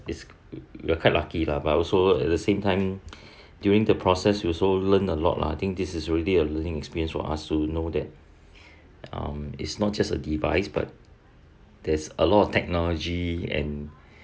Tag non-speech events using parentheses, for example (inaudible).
it's we're quite lucky lah but also at the same time (breath) during the process also learn a lot lah I think this is really a learning experience for us to know that um is not just a device but there's a lot of technology and